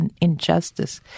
injustice